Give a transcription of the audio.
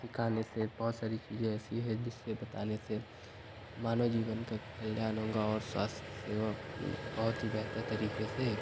सिखाने से बहुत सारी चीजें ऐसी हैं जिससे बताने से मानव जीवन का कल्याण होगा और स्वास्थ्य सेवा बहुत ही बेहतर तरीके से